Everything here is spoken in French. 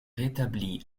rétabli